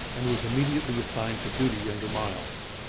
and was immediately assigned to duty under miles.